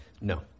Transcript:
No